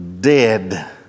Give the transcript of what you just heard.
dead